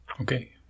Okay